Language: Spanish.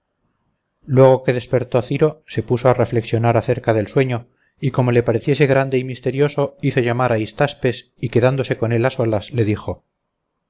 luego que despertó ciro se puso a reflexionar acerca del sueño y como le pareciese grande y misterioso hizo llamar a hystaspes y quedándose con él a solas le dijo